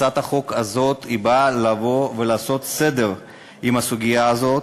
הצעת החוק הזו באה לעשות סדר בסוגיה הזאת,